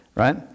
Right